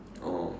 oh